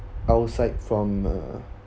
outside from uh